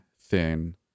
thin